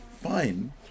fine